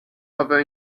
over